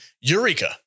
Eureka